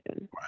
Right